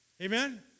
Amen